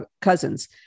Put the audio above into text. cousins